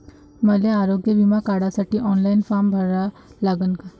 मले आरोग्य बिमा काढासाठी ऑनलाईन फारम भरा लागन का?